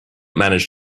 manage